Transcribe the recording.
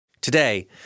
Today